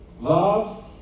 Love